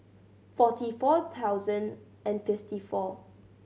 forty four thousand and fifty four